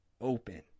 open